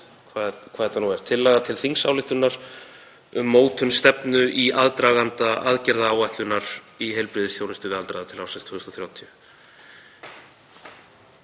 hvað þetta nú er, tillaga til þingsályktunar um mótun stefnu í aðdraganda aðgerðaáætlunar í heilbrigðisþjónustu við aldraða til ársins 2030.